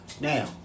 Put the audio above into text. Now